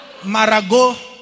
Marago